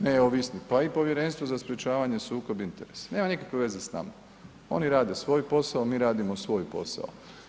Neovisni, pa i Povjerenstvo za sprječavanje sukoba interesa, nema nikakve veze s nama, oni rade svoj posao, mi radimo svoj posao.